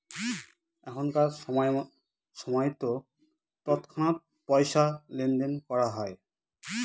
এখনকার সময়তো তৎক্ষণাৎ পয়সা লেনদেন করা হয়